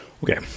Okay